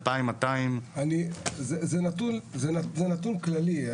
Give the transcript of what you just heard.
זה נתון כללי.